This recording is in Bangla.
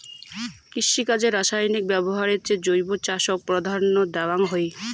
কৃষিকাজে রাসায়নিক ব্যবহারের চেয়ে জৈব চাষক প্রাধান্য দেওয়াং হই